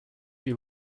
you